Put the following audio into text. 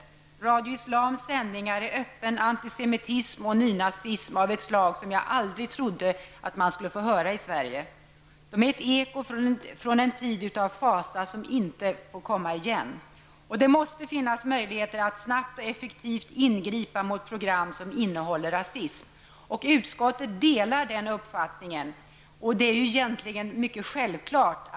I Radio Islams sändningar förekommer öppen antisemitism och nynazism av ett slag som jag aldrig trodde att man skulle få höra i Sverige. Dessa sändningar är ett eko från en tid av fasa, som inte får komma igen. Det måste finnas möjligheter att snabbt och effektivt ingripa mot program som innehåller rasism. Utskottet delar den uppfattningen, vilket egentligen är självklart.